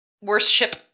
Worship